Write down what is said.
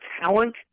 talent